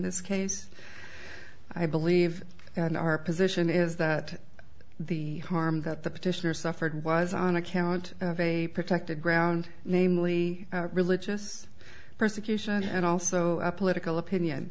this case i believe in our position is that the harm that the petitioner suffered was on account of a protected ground namely religious persecution and also a political opinion